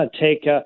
take